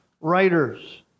writers